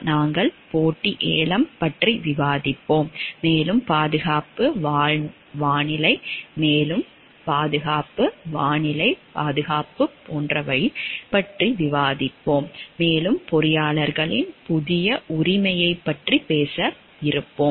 நாங்கள் போட்டி ஏலம் பற்றி விவாதிப்போம் மேலும் பாதுகாப்பு வானிலை பாதுகாப்பு போன்றவற்றைப் பற்றி விவாதிப்போம் மேலும் பொறியாளர்களின் புதிய உரிமையைப் பற்றி பேச வேண்டும்